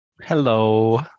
Hello